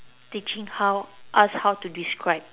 teaching how ask how to describe